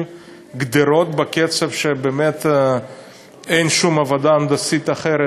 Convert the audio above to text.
גדרות בקצב שאין בשום עבודה הנדסית אחרת,